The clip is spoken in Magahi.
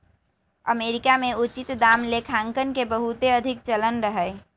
अमेरिका में उचित दाम लेखांकन के बहुते अधिक चलन रहै